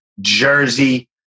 Jersey